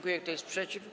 Kto jest przeciw?